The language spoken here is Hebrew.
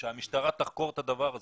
שהמשטרה תחקור את הדבר הזה,